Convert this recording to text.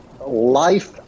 life